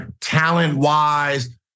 talent-wise